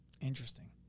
Interesting